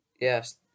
Yes